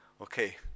okay